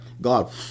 God